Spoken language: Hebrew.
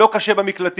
לא קשה במקלטים,